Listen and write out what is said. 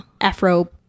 Afro